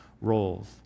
roles